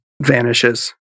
vanishes